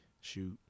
Shoot